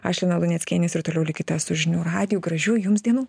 aš lina luneckienė jūs ir toliau likite su žinių radiju gražių jums dienų